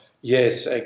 yes